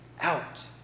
out